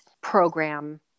program